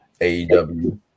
AEW